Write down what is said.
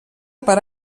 per